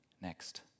next